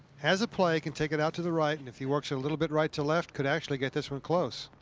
has a play can take it out to the right. and if he works a little bit right to left could actually get this one close.